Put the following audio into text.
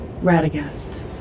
Radagast